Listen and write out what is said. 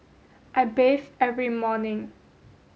I bathe every morning